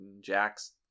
Jack's